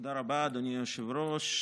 תודה רבה, אדוני היושב-ראש.